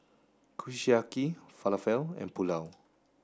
Kushiyaki Falafel and Pulao